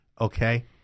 Okay